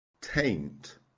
taint